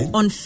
on